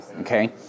okay